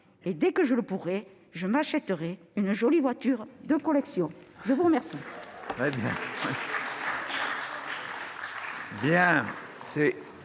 et, dès que je le pourrai, je m'achèterai une jolie voiture de collection ! La discussion